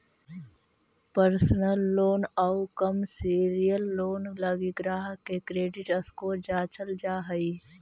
personal loan आउ commercial loan लगी ग्राहक के क्रेडिट स्कोर जांचल जा हइ